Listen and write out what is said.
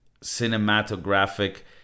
cinematographic